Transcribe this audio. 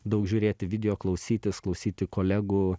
daug žiūrėti video klausytis klausyti kolegų